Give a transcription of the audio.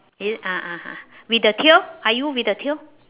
is it ah ah ah with the tail are you with the tail